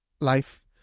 life